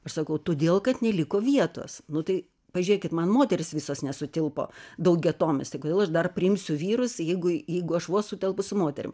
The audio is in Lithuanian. aš sakau todėl kad neliko vietos nu tai pažiūrėkit man moterys visos nesutilpo daugiatomis tai kodėl aš dar priimsiu vyrus jeigu jeigu aš vos sutelpu su moterim